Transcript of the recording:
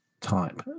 type